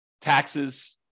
taxes